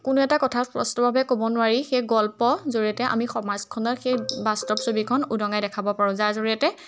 কোনো এটা কথা স্পষ্টভাৱে ক'ব নোৱাৰি সেই গল্পৰ জৰিয়তে আমি সমাজখনত সেই বাস্তৱ ছবিখন উদঙাই দেখাব পাৰোঁ যাৰ জৰিয়তে